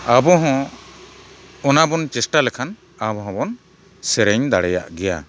ᱟᱵᱚ ᱦᱚᱸ ᱚᱱᱟ ᱵᱚᱱ ᱪᱮᱥᱴᱟ ᱞᱮᱠᱷᱟᱱ ᱟᱵᱚ ᱦᱚᱸᱵᱚᱱ ᱥᱮᱨᱮᱧ ᱫᱟᱲᱮᱭᱟᱜ ᱜᱮᱭᱟ